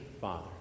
father